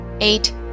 eight